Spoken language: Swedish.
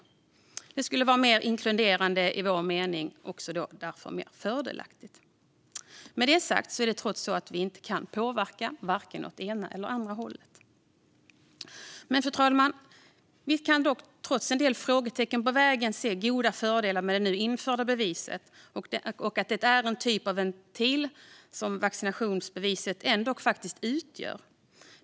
Detta skulle vara mer inkluderande, enligt vår mening, och därför mer fördelaktigt. Med detta sagt är det trots allt så att vi inte kan påverka åt vare sig ena eller andra hållet. Fru talman! Vi kan trots en del frågetecken längs vägen se stora fördelar med det nu införda vaccinationsbeviset och den typ av ventil som det ändock utgör.